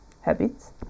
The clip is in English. habits